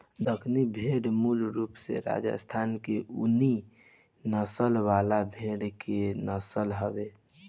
दक्कनी भेड़ मूल रूप से राजस्थान के ऊनी नस्ल वाला भेड़ के नस्ल हवे